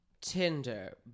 Tinder